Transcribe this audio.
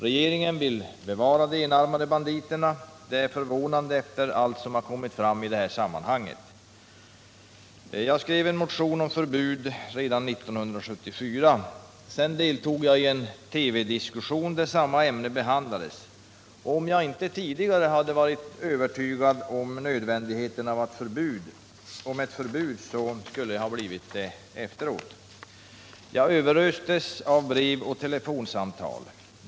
Regeringen vill bevara de enarmade banditerna. Det är förvånande efter allt som kommit fram i sammanhanget. Jag skrev en motion om förbud mot enarmade banditer redan 1974. Sedan deltog jag i en TV-diskussion, där samma ämne behandlades. Och hade jag inte tidigare varit övertygad om nödvändigheten av ett förbud, så skulle jag ha blivit det efteråt. Jag överöstes av brev och telefonsamtal.